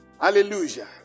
Hallelujah